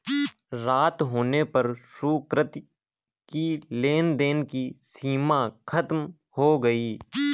रात होने पर सुकृति की लेन देन की सीमा खत्म हो गई